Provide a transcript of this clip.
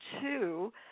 two